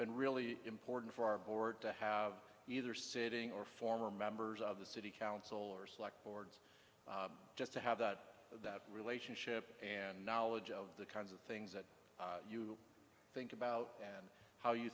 been really important for our board to have either sitting or former members of the city council or select boards just to have that that relationship and knowledge of the kinds of things that you think about and how you